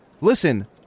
Listen